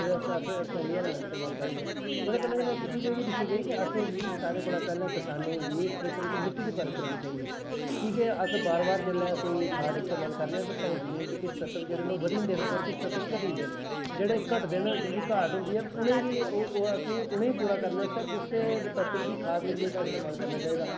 एह्दै आस्तै अस रसैनिक हैलें दा इस्तेमाल करने आं एह्दे कन्नै इक गल्ल एह् दिक्खी गेई कि सारें कोला दा पैह्लैें असें किसानें गी खेत्तर दी मिट्टी दी परख कराना चाही दी कि के अस बार बार जिसलै कोई खाद इस्तेमाल करने आं ते साढ़ी जमीन च किश तत्व बदी जंदे न ते किश घटी जंदे न जेह्ड़े घटदे न जिंदी घाट होंदी ऐ उनेंगी पूरा करनें आस्तै असैं एह्दे तत्व दी खाद दा इस्तेमाल करना चाही दा